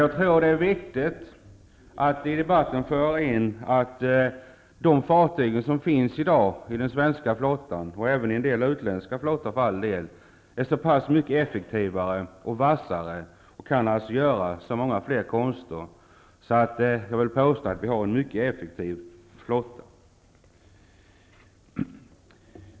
Jag tror det är riktigt att i debatten föra in att de fartyg som finns i dag i den svenska flottan -- liksom i utländska flottor -- är mycket effektivare och vassare och kan göra många fler konster. Jag vill alltså påstå att vi har en mycket effektiv flotta.